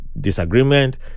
disagreement